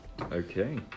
Okay